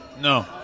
No